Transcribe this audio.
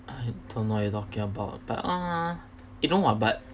you know what but